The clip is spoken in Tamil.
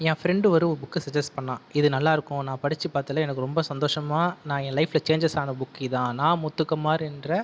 என் ஃப்ரெண்ட்டு ஒரு புக்கு சஜ்ஜஸ்ட் பண்ணால் இது நல்லா இருக்கும் நான் படித்து பார்த்ததுல எனக்கு ரொம்ப சந்தோசமாக நான் ஏன் லைஃப்பில் சேஞ்சஸ் ஆன புக்கு இதுதான் நா முத்துக்குமார் என்ற